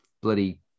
bloody